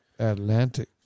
Atlantic